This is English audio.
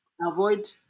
avoid